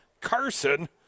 Carson